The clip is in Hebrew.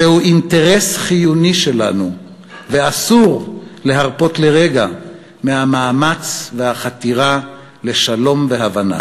זהו אינטרס חיוני שלנו ואסור להרפות לרגע מהמאמץ והחתירה לשלום והבנה.